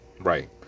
right